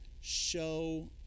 show